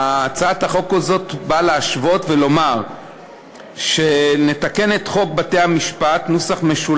הצעת החוק הזאת באה להשוות ולומר שנתקן את חוק בתי-המשפט ,